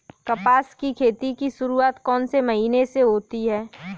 कपास की खेती की शुरुआत कौन से महीने से होती है?